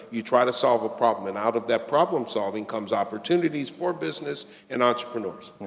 you try to solve a problem. and out of that problem solving comes opportunities for business and entrepreneurs.